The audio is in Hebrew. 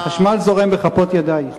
חשמל זורם בכפות ידי.